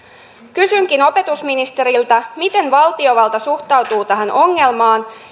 kysynkin opetusministeriltä miten valtiovalta suhtautuu tähän ongelmaan